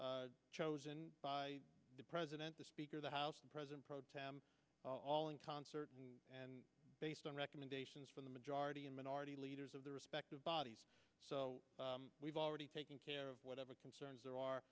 are chosen by the president the speaker the house and president pro tem all in concert and based on recommendations from the majority and minority leaders of the respective bodies so we've already taken care of whatever concerns there are